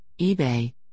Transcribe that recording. eBay